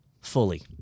fully